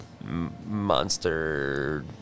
Monster